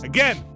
Again